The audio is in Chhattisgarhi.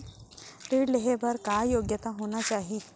ऋण लेहे बर का योग्यता होना चाही?